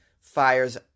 fires